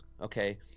okay